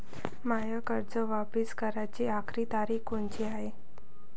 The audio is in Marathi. मायी कर्ज वापिस कराची आखरी तारीख कोनची हाय?